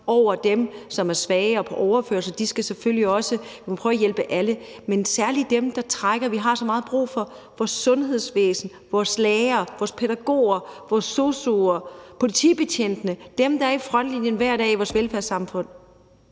over dem, som er svage og på overførselsindkomst – de skal selvfølgelig også have. Vi må prøve at hjælpe alle, men særlig dem, der trækker læsset i vores sundhedsvæsen, vores lærere, vores pædagoger, vores sosu'er, politibetjente – dem, der er i frontlinjen hver dag i vores velfærdssamfund